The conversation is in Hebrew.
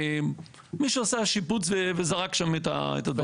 מישהו עשה שיפוץ וזרק שם את הדברים שלו.